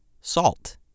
salt